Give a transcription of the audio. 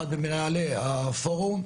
אחד ממנהלי הפורום.